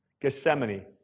Gethsemane